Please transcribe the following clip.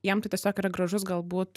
jiem tai tiesiog yra gražus galbūt